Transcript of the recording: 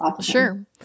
Sure